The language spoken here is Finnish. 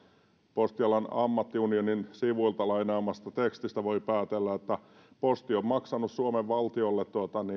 postialan ammattiunionin sivuilta lainaamastani tekstistä voi päätellä että posti on maksanut suomen valtiolle